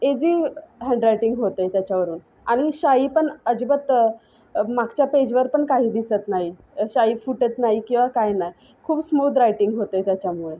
ag handwriting होतं आहे त्याच्यावरून आणि शाई पण अजिबात मागच्या पेजवर पण काही दिसत नाही शाई फुटत नाही किंवा काही नाही खूप स्मूद रायटिंग होतं आहे त्याच्यामुळे